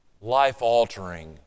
life-altering